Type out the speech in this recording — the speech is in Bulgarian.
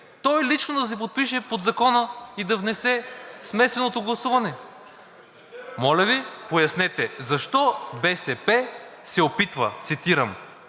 той лично да се подпише под закона и да внесе смесеното гласуване. Моля Ви, пояснете защо БСП се опитва, цитирам: